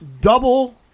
double